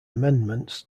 amendments